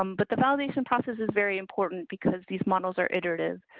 um but the validation process is very important because these models are iterative.